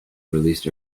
released